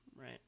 right